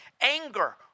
Anger